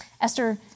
Esther